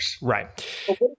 Right